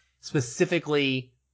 specifically